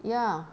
ya